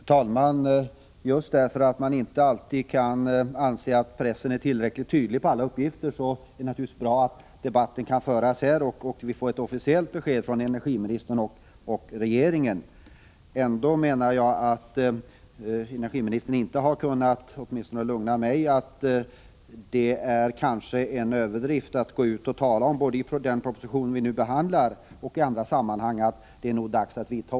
Herr talman! Just därför att man inte alltid kan anse att pressen är tillräckligt tydlig när det gäller alla uppgifter är det naturligtvis bra att debatten kan föras här i kammaren så att vi får ett officiellt besked från energiministern och regeringen. Energiministern har ändå inte kunnat lugna mig. Det är en överdrift att gå ut och tala om att det nog är dags att vidta åtgärder, vilket regeringen har gjort i propositionen och i andra sammanhang.